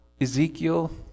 Ezekiel